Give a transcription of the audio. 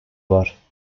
var